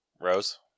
Rose